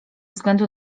względu